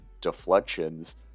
deflections